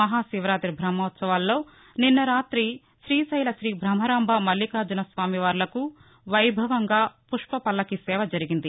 మహాశివరాతి బహోత్సవాల్లో నిన్న రాతి శ్రీశైల శ్రీ భ్రమరాంణ మల్లికార్జుసస్వామివార్లకు వైభవంగా పుష్పపల్లకి సేవ జరిగింది